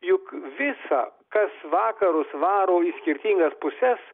juk visa kas vakarus varo į skirtingas puses